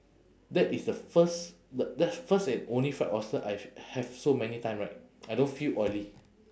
that is the first the that first and only fried oyster I have so many time right I don't feel oily